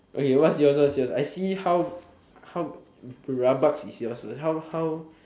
okay what's yours what's yours I see how how rabak is yours first how how